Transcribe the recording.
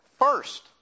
first